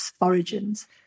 origins